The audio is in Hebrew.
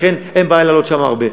לכן, אין בעיה להעלות שם הרבה.